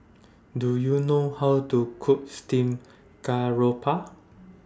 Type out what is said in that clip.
Do YOU know How to Cook Steamed Garoupa